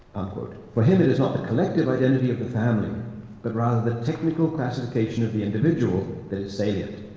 quote. for him, it is not the collective identity of the family but rather the technical classification of the individual that is salient.